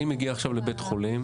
אני מגיע עכשיו לבית חולים